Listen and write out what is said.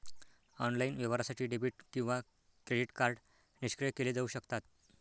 online व्यवहारासाठी debit किंवा credit card निष्क्रिय केले जाऊ शकतात